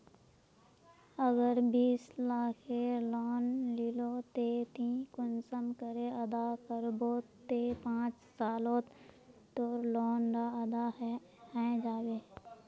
अगर बीस लाखेर लोन लिलो ते ती कुंसम करे अदा करबो ते पाँच सालोत तोर लोन डा अदा है जाबे?